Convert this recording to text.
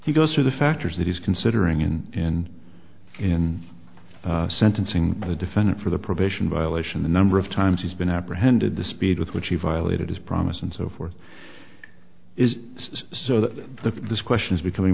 he goes through the factors that he's considering in in sentencing the defendant for the probation violation the number of times he's been apprehended the speed with which he violated his promise and so forth is saw that the question is becoming